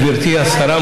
גברתי השרה,